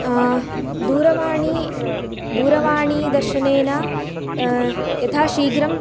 दूरवाणी दूरवाणीदर्शनेन यथाशीघ्रं